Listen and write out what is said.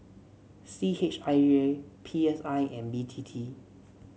C H I J P S I and B T T